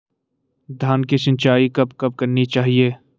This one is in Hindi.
धान की सिंचाईं कब कब करनी चाहिये?